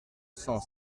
cent